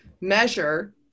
measure